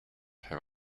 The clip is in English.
have